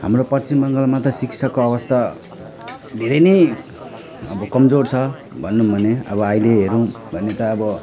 हाम्रो पश्चिम बङ्गालमा त शिक्षाको अवस्था धेरै नै अब कमजोर छ भनौँ भने अब अहिले हेर्यौँ भने त अब